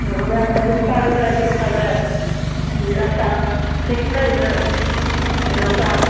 हमरा तऽ नेपाल जाइके छलै रस्ता ठीक छै ने एनुका